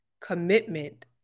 commitment